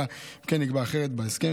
אלא אם כן נקבע אחרת בהסכם.